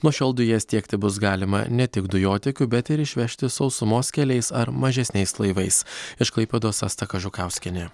nuo šiol dujas tiekti bus galima ne tik dujotiekiu bet ir išvežti sausumos keliais ar mažesniais laivais iš klaipėdos asta kažukauskienė